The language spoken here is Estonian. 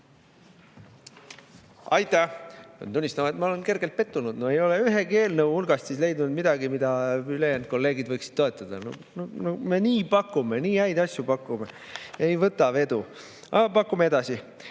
Aitäh! Pean tunnistama, et ma olen kergelt pettunud: no ei ole ühegi eelnõu hulgas leidunud midagi, mida ülejäänud kolleegid võiksid toetada. No me nii pakume, nii häid asju pakume – ei võta vedu. Aga me pakume edasi.